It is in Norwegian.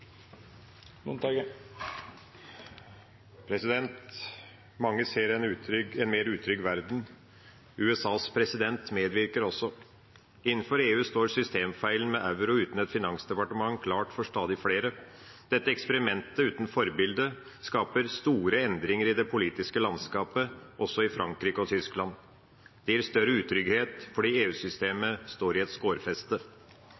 USAs president medvirker også. Innenfor EU står systemfeilen med euro uten et finansdepartement klart for stadig flere. Dette eksperimentet uten forbilde skaper store endringer i det politiske landskapet også i Frankrike og Tyskland. Det gir større utrygghet, fordi